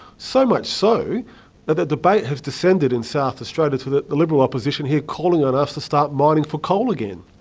so much so that the debate has descended in south australia to the the liberal opposition here calling on us to start mining for coal again.